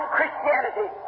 Christianity